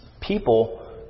people